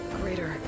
greater